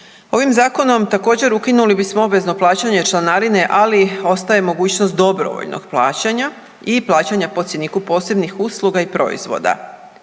Ovim zakonom također ukinuli bismo obvezno plaćanje članarine, ali ostaje mogućnost dobrovoljnog plaća i plaćanja po cjeniku posebnih usluga i proizvoda,